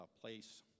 place